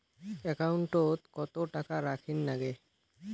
একাউন্টত কত টাকা রাখীর নাগে?